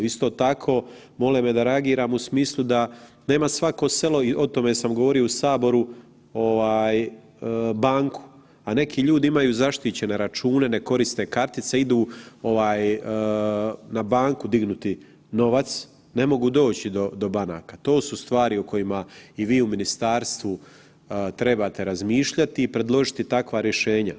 Isto tako mole me da reagiram u smislu da nema svako selo i o tome sam govorio u saboru, ovaj banku, a neki ljudi imaju zaštićene račune, ne koriste kartice, idu ovaj na banku dignuti novac, ne mogu doći do banaka, to su stvari o kojima i vi u ministarstvu trebate razmišljati i predložiti takva rješenja.